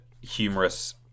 humorous